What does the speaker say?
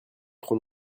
trop